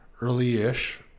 early-ish